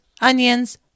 onions